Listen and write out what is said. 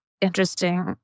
interesting